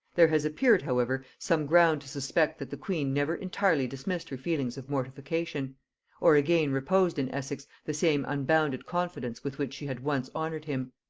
there has appeared however some ground to suspect that the queen never entirely dismissed her feelings of mortification or again reposed in essex the same unbounded confidence with which she had once honored him.